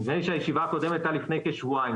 נדמה לי שהישיבה הקודמת הייתה לפני כשבועיים,